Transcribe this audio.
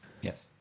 yes